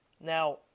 Now